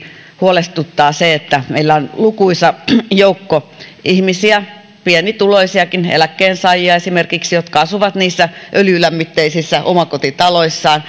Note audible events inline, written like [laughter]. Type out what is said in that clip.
huolestuttaa se että meillä on lukuisa joukko ihmisiä pienituloisiakin eläkkeensaajia esimerkiksi jotka asuvat öljylämmitteisissä omakotitaloissaan [unintelligible]